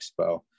Expo